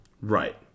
right